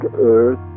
earth